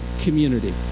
community